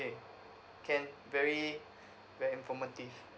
can very very informative